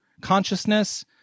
consciousness